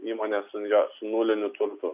įmonę su jo su nuliniu turtu